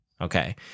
Okay